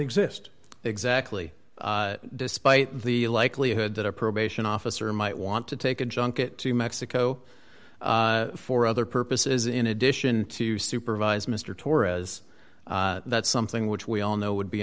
exist exactly despite the likelihood that a probation officer might want to take a junket to mexico for other purposes in addition to supervise mr torres that's something which we all know would